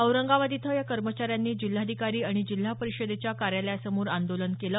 औरंगाबाद इथं या कर्मचाऱ्यांनी जिल्हाधिकारी आणि जिल्हा परीषदेच्या कार्यालयासमोर आंदोलन केलं